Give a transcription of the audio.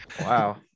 Wow